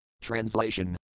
Translation